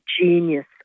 genius